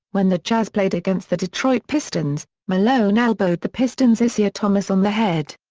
when the jazz played against the detroit pistons, malone elbowed the pistons' isiah thomas on the head.